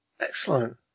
Excellent